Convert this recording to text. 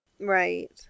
Right